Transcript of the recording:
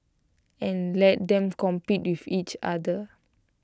and let them compete with each other